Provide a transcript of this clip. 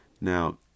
Now